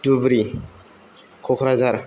Dhubri Kokrajhar